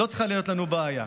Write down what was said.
לא צריכה להיות לנו בעיה.